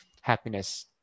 happiness